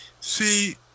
see